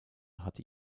hatte